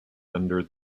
under